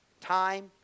time